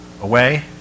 away